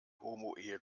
homoehe